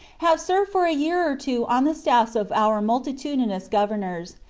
have served for a year or two on the staffs of our multitudinous governors,